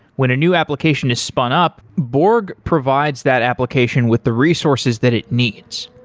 when a new application is spun up, borg provides that application with the resources that it needs.